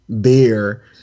beer